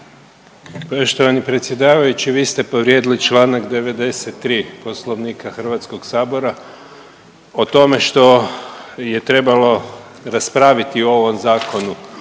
Poštovani predsjedavajući, vi ste povrijedili čl. 93. Poslovnika HS o tome što je trebalo raspraviti u ovom zakonu.